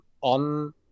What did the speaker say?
on